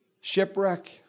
Shipwreck